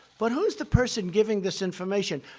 but who's the person giving this information?